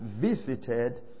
visited